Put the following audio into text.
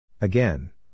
Again